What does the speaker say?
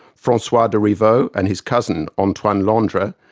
francois de riveau and his cousin antoine l'andre,